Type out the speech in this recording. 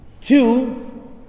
Two